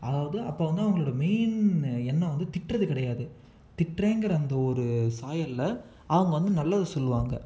அதாவது அப்போ வந்து அவங்களோட மெயின் எண்ணம் வந்து திட்டுகிறது கிடையாது திட்டுறேங்கிற அந்த ஒரு சாயல்ல அவங்க வந்து நல்லது சொல்லுவாங்க